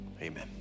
Amen